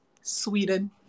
Sweden